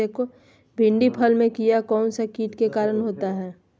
भिंडी फल में किया कौन सा किट के कारण होता है?